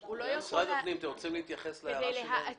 משרד הפנים, אתם רוצים להתייחס להערה שלהם?